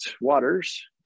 waters